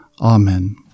Amen